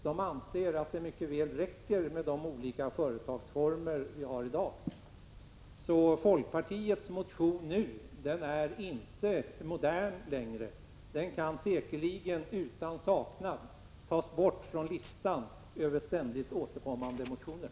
De anser att det mycket väl räcker med de olika företagsformer som redan finns. Så folkpartiets motion nu är inte längre modern. Den kan, utan att man behöver känna saknad, tas bort från listan över ständigt återkommande motioner.